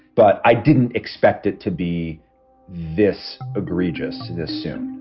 but i didn't expect it to be this egregious this soon.